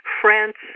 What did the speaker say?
France